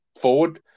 forward